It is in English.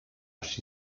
she